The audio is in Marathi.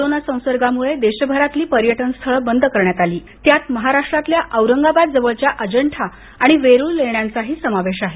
कोरोना संसर्गामुळे देशभरातील पर्यटनस्थळ बंद करण्यात आली त्यात महाराष्ट्रातल्या औरंगाबाद जवळच्या अजंठा आणि वेरूळ लेण्यांचाही समावेश आहे